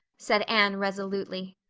said anne resolutely.